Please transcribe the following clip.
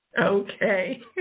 Okay